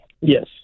Yes